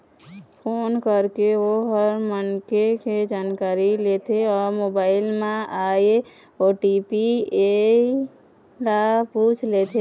phone करके ओ ह मनखे के जानकारी लेथे अउ मोबाईल म आए ओ.टी.पी ल पूछ लेथे